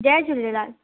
Jay Jhulelal